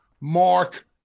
mark